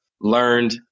learned